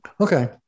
okay